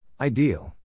Ideal